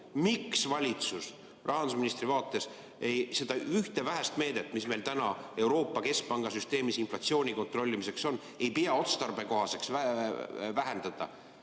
Miks valitsus rahandusministri vaates seda ühte vähest meedet, mis meil täna Euroopa Keskpanga süsteemis inflatsiooni kontrollimiseks on, ei pea otstarbekohaseks vähendada?